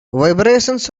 vibrations